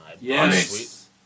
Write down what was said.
Yes